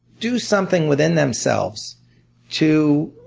do something within themselves to